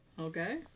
Okay